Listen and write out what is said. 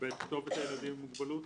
כתובת הילדים עם מוגבלות,